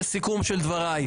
לסיכום דברי,